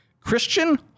Christian